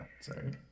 sorry